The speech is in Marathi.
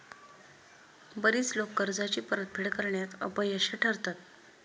बरीच लोकं कर्जाची परतफेड करण्यात अपयशी ठरतात